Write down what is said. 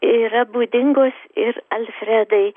yra būdingos ir alfredai